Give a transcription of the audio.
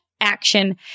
Action